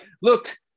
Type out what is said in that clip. look